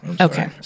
Okay